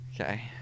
Okay